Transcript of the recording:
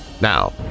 Now